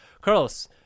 Carlos